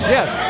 Yes